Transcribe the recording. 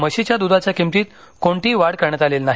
म्हशीच्या द्धाच्या किमतीत कोणतीही वाढ करण्यात आलेली नाही